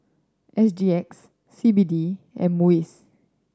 S G X C B D and MUIS